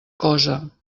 cosa